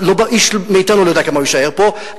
ואיש מאתנו לא יודע כמה הוא יישאר פה,